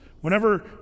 Whenever